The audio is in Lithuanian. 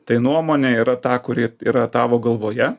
tai nuomone yra ta kuri yra tavo galvoje